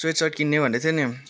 sweat short किन्ने भन्दै थियो नि